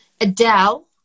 Adele